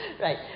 Right